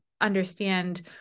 understand